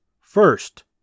First